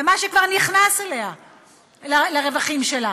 ממה שכבר נכנס לרווחים שלה.